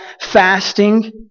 fasting